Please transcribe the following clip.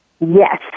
Yes